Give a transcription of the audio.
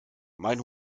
mein